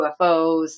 UFOs